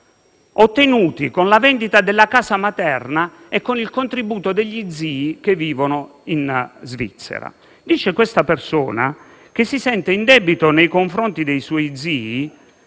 ottenuti con la vendita della casa materna e con il contributo degli zii che vivono in Svizzera. Dice questa persona di sentirsi in debito nei confronti dei suoi zii,